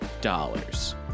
dollars